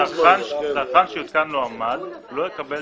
צרכן שהושם לו המד, לא יקבל